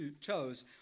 chose